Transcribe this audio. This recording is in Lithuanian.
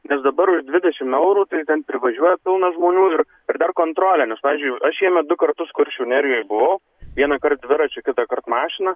nes dabar už dvidešimt eurų tai ten privažiuoja pilna žmonių ir dar kontrolė nes pavyzdžiui aš šiemet du kartus kuršių nerijoj buvau vienąkart dviračiu kitąkart mašina